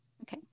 Okay